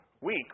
week